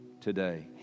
today